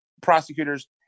prosecutors